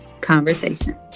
conversation